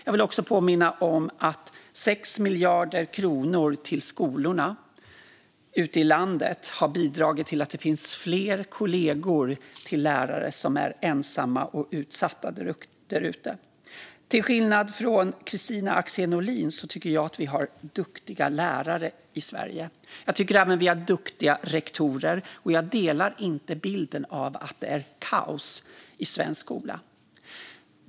Jag vill också påminna om att 6 miljarder kronor till skolorna ute i landet har bidragit till att det finns fler kollegor till lärare som är ensamma och utsatta. Till skillnad från Kristina Axén Olin tycker jag att vi har duktiga lärare i Sverige. Jag tycker även att vi har duktiga rektorer. Jag delar inte bilden av att det är kaos i svensk skola.